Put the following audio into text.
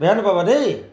বেয়া নেপাবা দেই